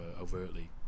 overtly